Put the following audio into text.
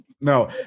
No